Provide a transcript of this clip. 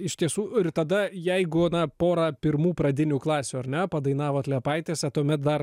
iš tiesų ir tada jeigu na porą pirmų pradinių klasių ar ne padainavot liepaitėse tuomet dar